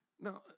Now